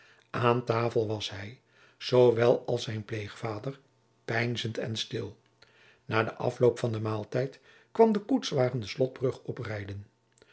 aan tafel was hij zoowel als zijn pleegvader peinzend en stil na den afloop van den maaltijd kwam de koetswagen de slotbrug oprijden